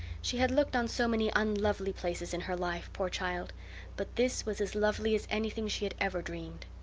she had looked on so many unlovely places in her life, poor child but this was as lovely as anything she had ever dreamed.